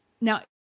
Now